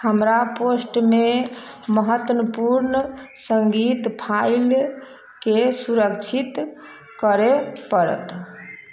हमरा पोस्टमे महत्वपूर्ण सङ्गीत फाइलके संरक्षित करए पड़त